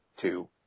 two